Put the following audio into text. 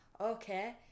Okay